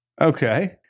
Okay